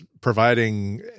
providing